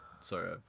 sorry